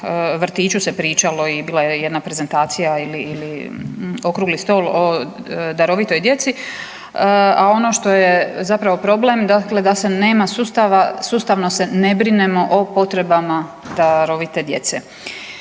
vrtiću se pričalo i bila je jedna prezentacija ili okrugli stol o darovitoj djeci, a ono što je zapravo problem dakle da se nema sustava, sustavno se ne brinemo o potrebama darovite djece.